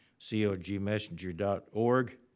cogmessenger.org